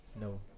No